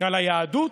על היהדות,